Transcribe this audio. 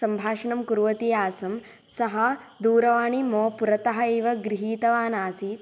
सम्भाषणं कुर्वती आसं सः दूरवाणीं मम पुरतः एव गृहीतवान् आसीत्